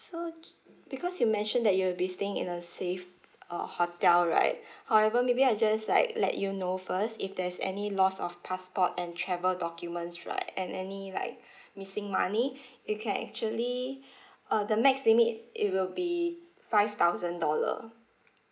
so because you mentioned that you will be staying in a safe uh hotel right however maybe I just like let you know first if there's any lost of passport and travel documents right and any like missing money you can actually uh the max limit it will be five thousand dollar